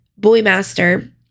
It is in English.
Boymaster